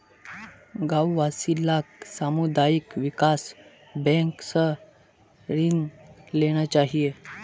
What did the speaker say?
गांव वासि लाक सामुदायिक विकास बैंक स ऋण लेना चाहिए